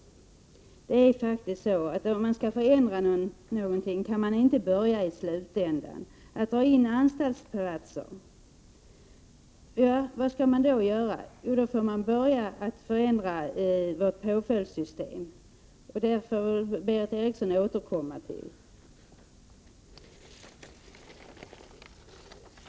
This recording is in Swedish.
Det är faktiskt så att om man skall förändra någonting kan man inte börja i slutändan, med att dra in anstaltsplatser. Var skall man då börja? Jo, man får börja med att förändra vårt påföljdssystem. Detta får Berith Eriksson återkomma till.